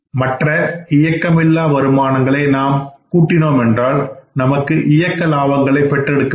மற்ற இயக்கம் இல்லா வருமானங்களை நாம் கூடினோம்என்றால் நமக்கு இயக்க லாபங்களை பெற்றெடுக்க முடியும்